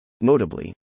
Notably